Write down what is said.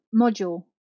module